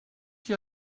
qui